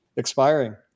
expiring